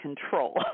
control